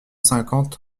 cinquante